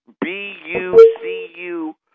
B-U-C-U